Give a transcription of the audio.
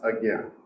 again